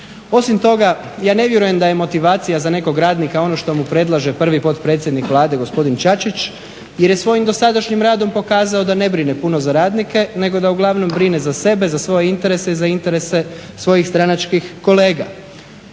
Osim toga ja ne vjerujem da je motivacija za nekog radnika ono što mu predlaže prvi potpredsjednik Vlade gospodin Čačić jer je svojim dosadašnjim radom pokazao da ne brine puno za radnike nego da uglavnom brine za sebe, za svoje interese i za interese svojih stranačkih kolega.